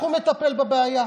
נכון.